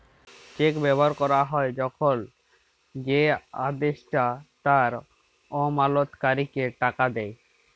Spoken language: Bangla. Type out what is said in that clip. চেক ব্যবহার ক্যরা হ্যয় যখল যে আদেষ্টা তার আমালতকারীকে টাকা দেয়